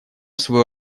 свою